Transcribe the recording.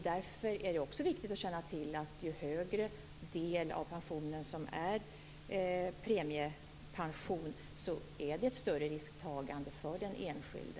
Det är också viktigt att känna till att ju högre del av pensionen som är premiepension, desto större är risktagandet för den enskilde.